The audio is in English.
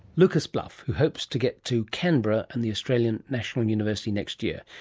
lucas buff, who hopes to get to canberra and the australian national university next year.